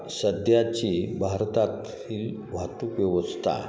सध्याची भारतात वाहतूक व्यवस्था